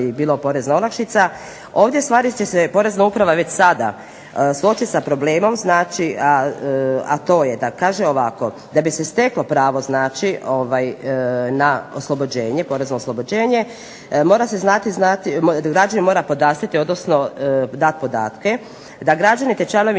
bila porezna olakšica, ovdje ustvari će se Porezna uprava već sada suočiti sa problemom, a to je da kaže ovako da bi se steklo pravo na oslobođenje, porezno oslobođenje, građanin mora podastrijeti, odnosno dat podatke da građanin te članovi